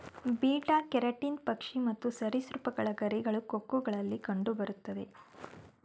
beta keratin ಪಕ್ಷಿ ಮತ್ತು ಸರಿಸೃಪಗಳ ಗರಿಗಳು, ಕೊಕ್ಕುಗಳಲ್ಲಿ ಕಂಡುಬರುತ್ತೆ